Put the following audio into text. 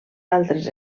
altres